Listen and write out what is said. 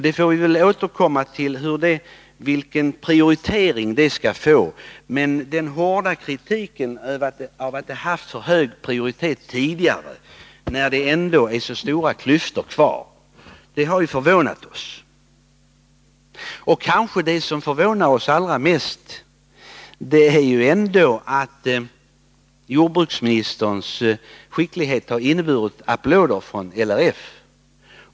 Vi får väl återkomma till vilken prioritering detta skall få, men den hårda kritiken mot att detta mål har haft hög prioritet tidigare har förvånat oss, när det ändå är så stora klyftor kvar. Det som kanske förvånar oss allra mest är att jordbruksministerns skicklighet har inneburit applåder från LRF.